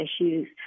issues